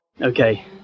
Okay